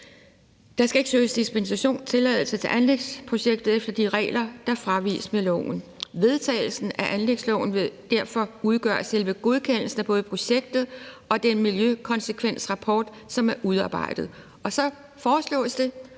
Der skal ikke søges dispensation/tilladelse til anlægsprojektet efter de regler, der fraviges med loven. Vedtagelsen af anlægsloven vil derfor udgøre selve godkendelsen af både projektet og den miljøkonsekvensrapport, som er udarbejdet. Og så foreslås det,